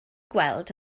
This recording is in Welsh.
gweld